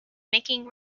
making